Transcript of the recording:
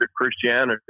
Christianity